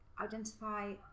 identify